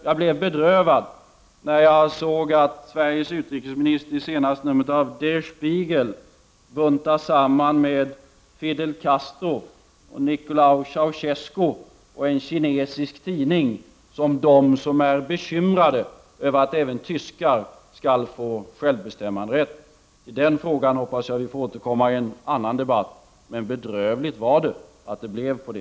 Jag blev bedrövad när jag såg att Sveriges utrikesminister i senaste numret av Der Spiegel buntas samman med Fidel Castro, Nicolae Ceausescu och en kinesisk tidning som de som är bekymrade över att även tyskar skall få självbestämmanderätt. Till den frågan hoppas jag att vi får återkomma i en annan debatt. Men bedrövligt är att det blivit så.